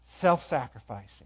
self-sacrificing